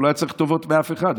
הוא לא היה צריך טובות מאף אחד.